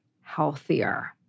healthier